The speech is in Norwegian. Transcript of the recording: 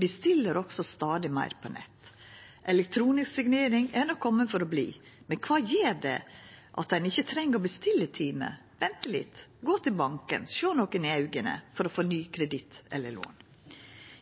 bestiller også stadig meir på nettet. Elektronisk signering har nok kome for å verta, men kva gjer det at ein ikkje treng å bestilla time, venta litt, gå til banken og sjå nokon i auga for å få ny kreditt eller lån?